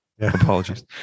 apologies